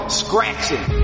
scratching